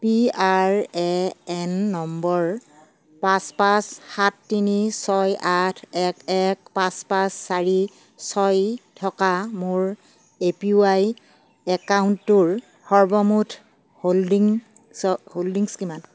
P R A N number পাঁচ পাঁচ সাত তিনি ছয় আঠ এক এক পাঁচ পাঁচ চাৰি ছয় থকা মোৰ এ পি ৱাই একাউণ্টটোৰ সৰ্বমুঠ হোল্ডিংছ হোল্ডিংছ কিমান